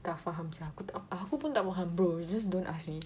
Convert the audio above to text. tak faham sia aku tak aku pun tak faham bro just don't ask me